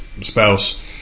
spouse